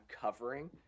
covering